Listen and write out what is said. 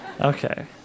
Okay